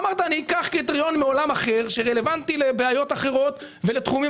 אמרת אני אקח קריטריון מעולם אחר שרלוונטי לבעיות אחרות לתחומים